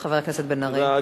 חבר הכנסת בן-ארי.